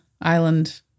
island